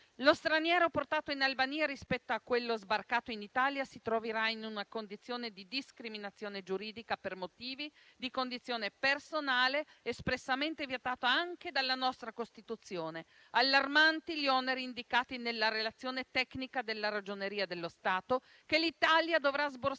Lo straniero portato in Albania rispetto a quello sbarcato in Italia si troverà in una condizione di discriminazione giuridica per motivi di condizione personale espressamente vietata anche dalla nostra Costituzione. Sono allarmanti inoltre gli oneri indicati nella relazione tecnica della Ragioneria dello Stato, che l'Italia dovrà sborsare